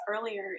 earlier